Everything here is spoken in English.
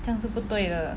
这样是不对的